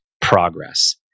progress